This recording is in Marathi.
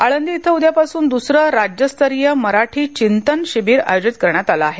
आळंदी इथ उद्यापासून दुसरे राज्यस्तरीय मराठी चिंतन शिबिर आयोजित करण्यात आले आहे